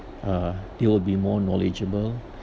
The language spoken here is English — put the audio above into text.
uh they will be more knowledgeable